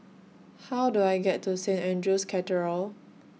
How Do I get to Saint Andrew's Cathedral